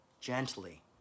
Gently